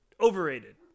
Overrated